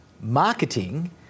marketing